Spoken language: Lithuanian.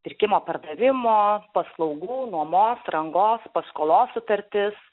pirkimo pardavimo paslaugų nuomos rangos paskolos sutartis